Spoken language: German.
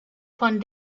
von